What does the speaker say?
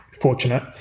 fortunate